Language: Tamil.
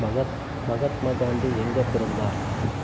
மாகாத் மகாத்மா காந்தி எங்கே பிறந்தார்